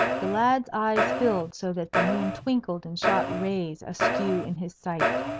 the lad's eyes filled so that the moon twinkled and shot rays askew in his sight.